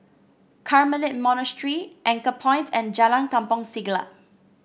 Carmelite Monastery Anchorpoint and Jalan Kampong Siglap